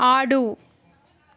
ఆడు